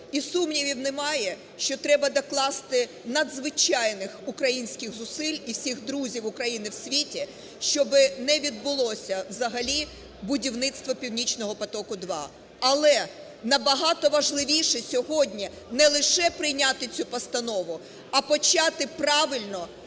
І сумнівів немає, що треба докласти надзвичайних українських зусиль і всіх друзів України в світі, щоб не відбулося взагалі будівництво "Північного потоку 2". Але набагато важливіше сьогодні не лише прийняти цю постанову, а почати правильно